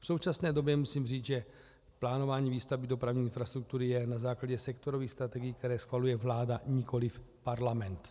V současné době musím říct, že plánování výstavby dopravní infrastruktury je na základě sektorových strategií, které schvaluje vláda, nikoliv Parlament.